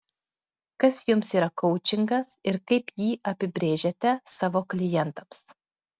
kas jums yra koučingas ir kaip jį apibrėžiate savo klientams